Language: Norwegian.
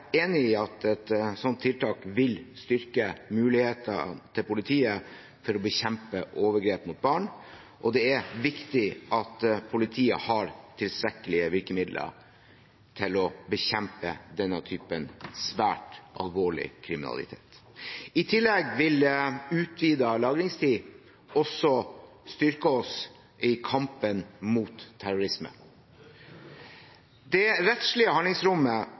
enig i at et slikt tiltak vil styrke mulighetene for politiet til å bekjempe overgrep mot barn, og det er viktig at politiet har tilstrekkelige virkemidler til å bekjempe denne typen svært alvorlig kriminalitet. I tillegg vil utvidet lagringstid også styrke oss i kampen mot terrorisme. Det rettslige handlingsrommet